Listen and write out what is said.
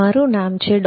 મારું નામ છે ડો